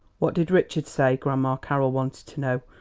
what did richard say? grandma carroll wanted to know,